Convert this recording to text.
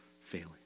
failing